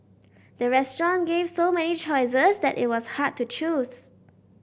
the restaurant gave so many choices that it was hard to choose